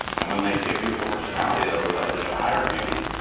and when they see a beautiful personality, they'll realize there's a higher beauty,